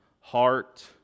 heart